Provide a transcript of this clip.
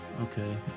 Okay